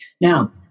Now